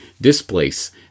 displace